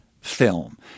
film